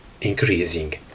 increasing